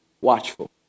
Watchful